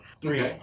Three